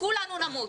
כולנו נמות.